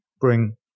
bring